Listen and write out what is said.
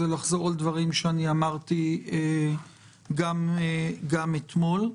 לחזור על דברים שאמרתי גם אתמול.